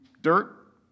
dirt